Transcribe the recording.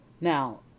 Now